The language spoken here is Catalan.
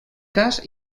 cas